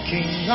King